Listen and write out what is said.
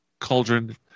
Cauldron